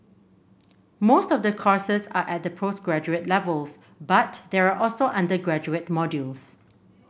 most of the courses are at the postgraduate levels but there are also undergraduate modules